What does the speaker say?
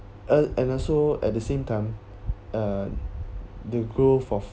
and and also at the same time uh the growth of